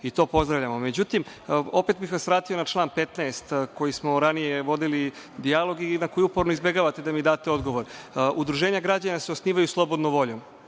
i to pozdravljamo. Međutim, opet bih vas vratio na član 15. o kojem smo ranije vodili dijalog i na koji uporno izbegavate da mi date odgovor. Udruženja građana se osnivaju slobodnom voljom,